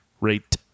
Rate